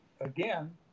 again